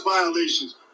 violations